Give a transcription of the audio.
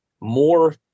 more